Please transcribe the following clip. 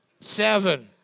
seven